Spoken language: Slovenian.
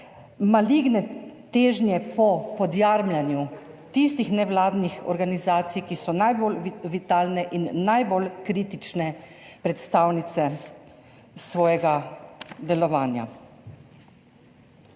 maligne težnje po podjarmljenju tistih nevladnih organizacij, ki so najbolj vitalne in najbolj kritične predstavnice svojega delovanja.